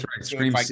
scream